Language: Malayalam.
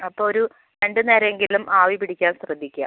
അപ്പം ഒരു രണ്ട് നേരം എങ്കിലും ആവി പിടിക്കാൻ ശ്രദ്ധിക്കുക